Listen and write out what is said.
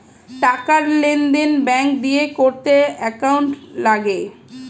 টাকার লেনদেন ব্যাঙ্ক দিয়ে করতে অ্যাকাউন্ট লাগে